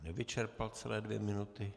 Ani nevyčerpal celé dvě minuty.